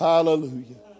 Hallelujah